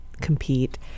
compete